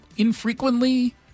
infrequently